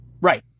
Right